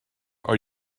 are